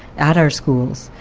at our schools.